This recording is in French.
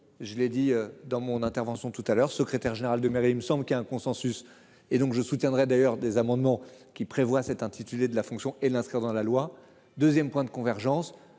je l'ai dit dans mon intervention tout à l'heure, secrétaire général de mairie, il me semble qu'un consensus et donc je soutiendrai d'ailleurs des amendements qui prévoient cet intitulé de la fonction et l'inscrire dans la loi 2ème point de convergence